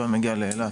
הוא היה מגיע לאילת.